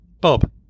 Bob